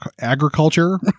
agriculture